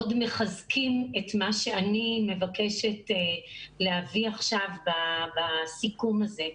מחזקים את מה שאני מבקשת להביא עכשיו בסיכום הזה.